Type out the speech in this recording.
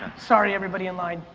sorry everybody in line.